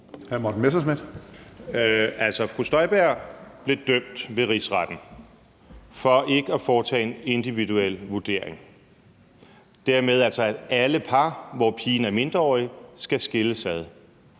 Støjberg blev dømt ved Rigsretten for ikke at foretage en individuel vurdering, hvilket dermed betød, at alle par, hvor pigen var mindreårig, skulle skilles ad.